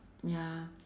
ya